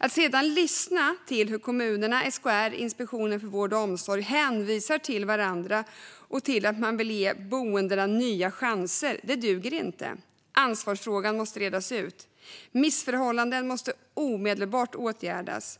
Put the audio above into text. Att kommunerna, SKR och Inspektionen för vård och omsorg hänvisar till varandra och till att man vill ge boendena nya chanser duger inte. Ansvarsfrågan måste redas ut. Missförhållanden måste omedelbart åtgärdas.